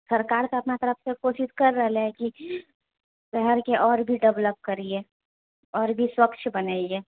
सरकार तऽ अपना तरफसँ कोशिश करऽ रहलै है कि शहरके आओर भी डेवलप करिऐ आओर भी स्वच्छ बनैए